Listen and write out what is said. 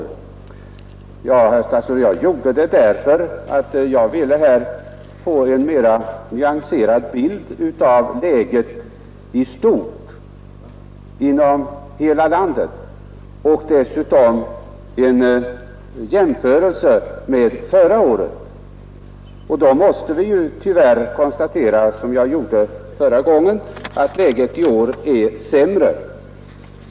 Ja, herr statsråd, jag gjorde det därför att jag här ville få en mera nyanserad bild av läget i stort inom hela landet och dessutom en jämförelse med förhållandena förra året. Vi måste då tyvärr, som jag gjorde i mitt förra inlägg, konstatera att läget i år är sämre.